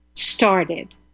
Started